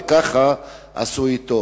וככה עשו לו.